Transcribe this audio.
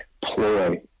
ploy